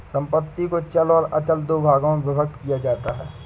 संपत्ति को चल और अचल दो भागों में विभक्त किया जाता है